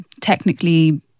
technically